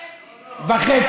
וחצי.